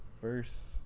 first